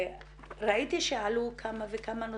ראיתי שעלו כמה וכמה נושאים,